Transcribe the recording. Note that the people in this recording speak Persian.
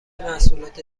محصولات